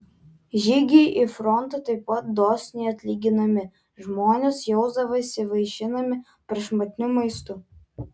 žygiai į frontą taip pat dosniai atlyginami žmonės jausdavosi vaišinami prašmatniu maistu